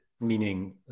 meaning